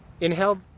inhale